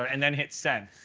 and then hit send.